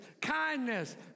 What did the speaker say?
kindness